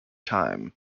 time